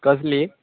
कसली